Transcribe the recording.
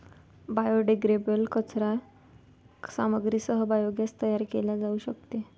biodegradable कचरा सामग्रीसह biogas तयार केले जाऊ शकते